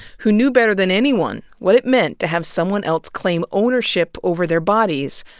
who knew better than anyone what it meant to have someone else claim ownership over their bodies,